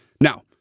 Now